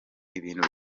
ibintu